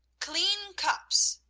clean cups,